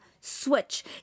switch